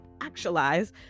actualize